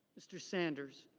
mr. sanders.